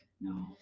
no